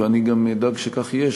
ואני גם אדאג שכך יהיה,